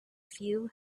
few